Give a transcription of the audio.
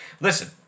listen